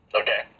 Okay